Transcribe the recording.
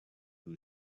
who